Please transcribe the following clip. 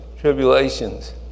tribulations